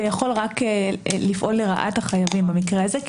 זה יכול רק לפעול לרעת החייבים במקרה הזה כי